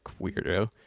weirdo